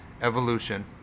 evolution